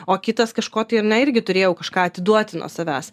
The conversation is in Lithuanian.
o kitas kažko tai ar ne irgi turėjau kažką atiduoti nuo savęs